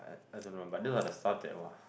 I I don't know but don't have to stuff that !wah!